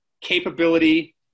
capability